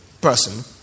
person